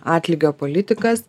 atlygio politikas